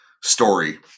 story